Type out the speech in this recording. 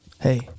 Hey